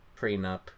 prenup